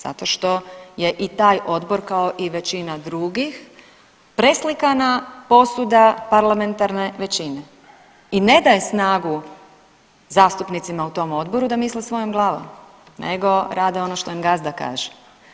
Zato što je i taj odbor kao i većina drugih preslikana posuda parlamentarne većine i ne daje snagu zastupnicima u tom odboru da misle svojom glavom nego rade ono što im gazda kaže.